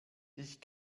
ich